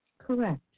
Correct